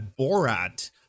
Borat